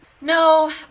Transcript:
No